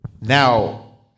now